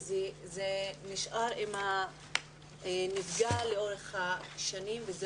כי זה נשאר עם הנפגע לאורך השנים וזה